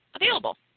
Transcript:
available